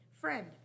friend